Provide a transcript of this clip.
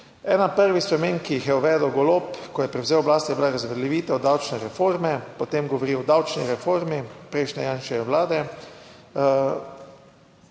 Ena prvih sprememb, ki jih je uvedel Golob, ko je prevzel oblast, je bila razveljavitev davčne reforme. Potem govori o davčni reformi prejšnje Janševe Vlade